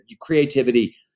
creativity